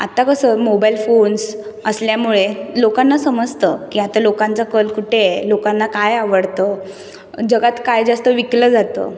आत्ता कसं mobile phones असल्यामुळे लोकांना समजतं की आता लोकांचा कल कुठे आहे लोकांना काय आवडतं जगात काय जास्त विकलं जातं